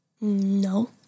No